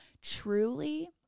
truly